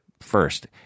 first